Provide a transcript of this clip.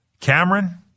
Cameron